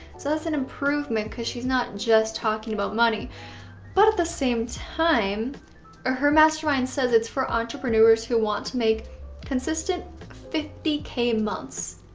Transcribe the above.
so that's an improvement because she's not just talking about money but at the same time ah her mastermind says it's for entrepreneurs who want to make consistent fifty k months.